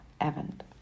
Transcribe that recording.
event